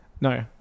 No